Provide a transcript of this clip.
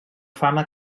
fama